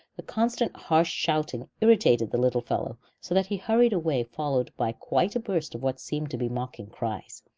the constant harsh shouting irritated the little fellow so that he hurried away followed by quite a burst of what seemed to be mocking cries,